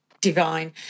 divine